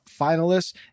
finalists